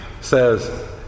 says